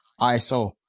iso